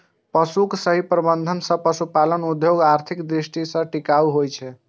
पशुक सही प्रबंधन सं पशुपालन उद्योग आर्थिक दृष्टि सं टिकाऊ होइ छै